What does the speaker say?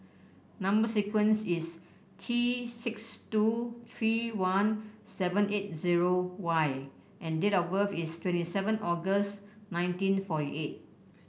number sequence is T six two three one seven eight zero Y and date of birth is twenty seven August nineteen forty eight